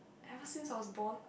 ever since I was born